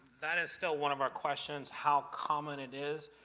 that is still one of our questions, how common it is?